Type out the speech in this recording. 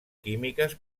químiques